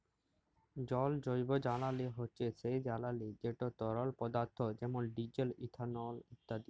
জল জৈবজ্বালানি হছে সেই জ্বালানি যেট তরল পদাথ্থ যেমল ডিজেল, ইথালল ইত্যাদি